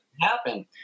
Happen